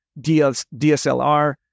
DSLR